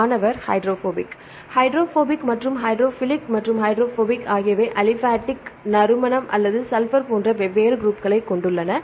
மாணவர் hydrophobic hydrophobic மற்றும் hydrophilic மற்றும் ஹைட்ரோபோபிக் ஆகியவை அலிபாடிக் நறுமண அல்லது சல்பர் போன்ற வெவ்வேறு குரூப்களைக் கொண்டுள்ளன